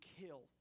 kill